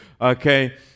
Okay